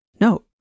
No